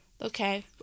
okay